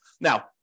Now